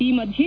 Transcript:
ಈ ಮಧ್ಯೆ